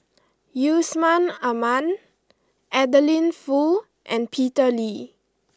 Yusman Aman Adeline Foo and Peter Lee